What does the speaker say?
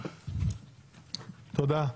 תודה.